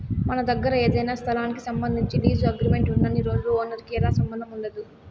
మన దగ్గర ఏదైనా స్థలానికి సంబంధించి లీజు అగ్రిమెంట్ ఉన్నన్ని రోజులు ఓనర్ కి ఎలాంటి సంబంధం ఉండదు